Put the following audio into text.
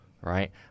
right